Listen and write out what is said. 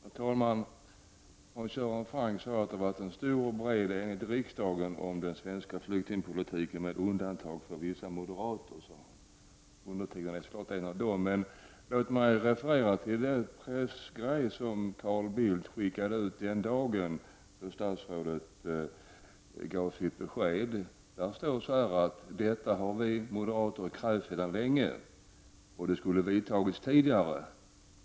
Fru talman! Hans Göran Franck sade att det varit en stor och bred enighet i riksdagen om den svenska flyktingpolitiken, en enighet som omfattat alla med undantag för vissa moderater. Jag är naturligtvis en av dem. Men låt mig referera till det pressmeddelande som Carl Bildt sände ut den dag då statsrådet lämnade sitt besked. Där heter det: Detta har vi moderater krävt sedan länge. Det sägs att åtgärderna borde ha vidtagits tidigare.